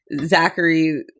Zachary